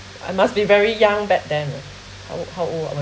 I must be very young back then uh how how old I